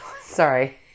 sorry